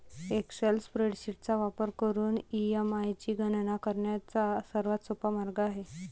Excel spreadsheet चा वापर करून ई.एम.आय ची गणना करण्याचा सर्वात सोपा मार्ग आहे